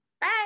Bye